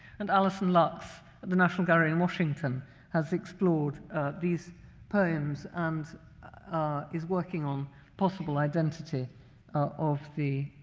and alison luchs of the national gallery in washington has explored these poems and is working on possible identity of the